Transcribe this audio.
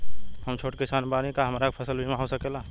हम छोट किसान बानी का हमरा फसल बीमा हो सकेला?